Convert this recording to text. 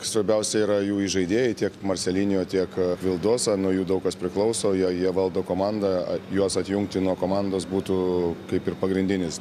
svarbiausia yra jų įžaidėjai tiek marselinijo tiek vildosa nuo jų daug kas priklauso jo jie valdo komandą juos atjungti nuo komandos būtų kaip ir pagrindinis